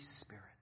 Spirit